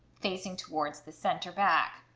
facing towards the center back.